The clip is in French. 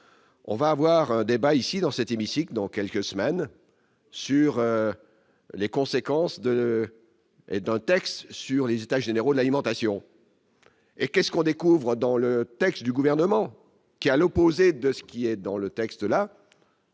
on va avoir débat ici dans cet hémicycle, dans quelques semaines sur les conséquences de et dans le texte sur les états généraux de l'alimentation et qu'est-ce qu'on découvre dans le texte du gouvernement qui, à l'opposé de ce qui est dans le texte la.